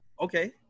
Okay